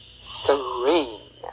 serene